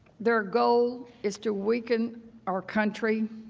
their goal is to weaken our country,